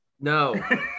No